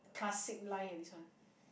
classic line eh this one